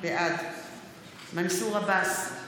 בעד מנסור עבאס,